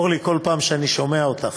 אורלי, כל פעם שאני שומע אותך